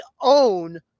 own